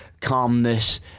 calmness